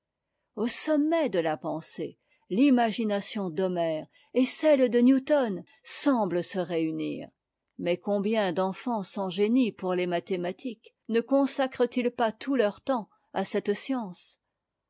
au sommet de la pensée l'imagination d'homère et celle de newton semblent se réunir mais combien d'enfants sans génie pour les mathématiques ne consacrent ils pas tout leur temps à cette science